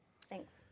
Thanks